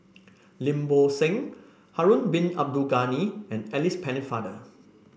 Lim Bo Seng Harun Bin Abdul Ghani and Alice Pennefather